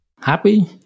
Happy